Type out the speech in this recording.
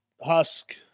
husk